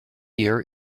year